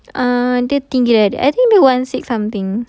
ah dia tinggi lagi I think dia one six something